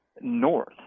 north